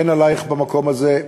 אין עלייך במקום הזה.